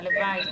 הלוואי.